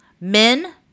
men